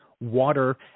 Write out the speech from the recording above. Water